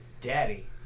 Daddy